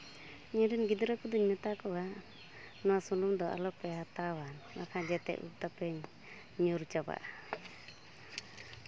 ᱤᱧᱨᱮᱱ ᱜᱤᱫᱽᱨᱟᱹ ᱠᱚᱫᱚᱧ ᱢᱮᱛᱟ ᱠᱚᱣᱟ ᱱᱚᱣᱟ ᱥᱩᱱᱩᱢ ᱫᱚ ᱟᱞᱚᱯᱮ ᱦᱟᱛᱟᱣᱟ ᱵᱟᱠᱷᱟᱱ ᱡᱚᱛᱚ ᱩᱵ ᱛᱟᱯᱮ ᱧᱩᱨ ᱪᱟᱵᱟᱜᱼᱟ